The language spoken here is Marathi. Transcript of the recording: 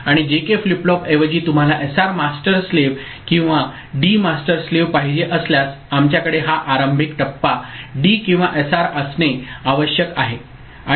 आणि जेके फ्लिप फ्लॉप ऐवजी तुम्हाला एसआर मास्टर स्लेव्ह किंवा डी मास्टर स्लेव्ह पाहिजे असल्यास आमच्याकडे हा आरंभिक टप्पा डी किंवा एसआर असणे आवश्यक आहे